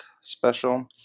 special